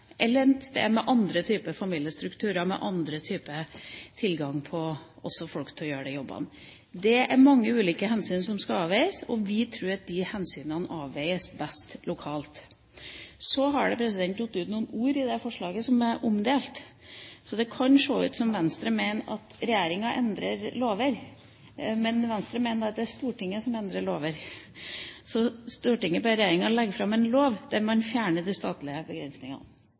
et sted med andre typer familiestrukturer, med annen tilgang på folk til å gjøre de jobbene. Det er mange ulike hensyn som skal avveies, og vi tror at de hensynene avveies best lokalt. Det har falt ut noen ord i forslaget som er omdelt, sånn at det kan se ut som om Venstre mener at regjeringen endrer lover. Men Venstre mener at det er Stortinget som endrer lover. Så «Stortinget ber regjeringen fremme et lovforslag som fjerner statlige